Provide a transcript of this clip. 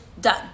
done